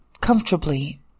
comfortably